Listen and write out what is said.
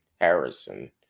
Harrison